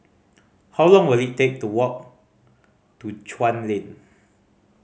how long will it take to walk to Chuan Lane